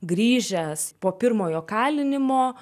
grįžęs po pirmojo kalinimo